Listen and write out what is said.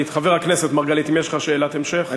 חבר הכנסת מרגלית, אם יש לך שאלת המשך, זה הזמן.